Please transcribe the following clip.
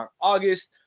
August